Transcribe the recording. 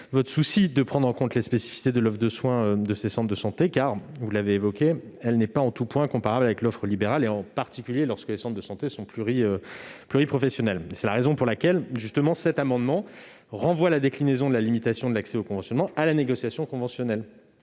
votre souci de prendre en compte les spécificités de l'offre de soins de ces centres de santé, car, vous l'avez dit, celle-ci n'est pas en tout point comparable avec l'offre libérale, en particulier lorsque les centres de santé sont pluriprofessionnels. C'est la raison pour laquelle cet article renvoie la déclinaison de la limitation de l'accès au conventionnement à la négociation conventionnelle,